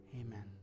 Amen